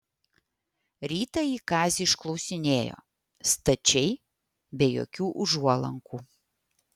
rytą ji kazį išklausinėjo stačiai be jokių užuolankų